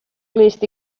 glust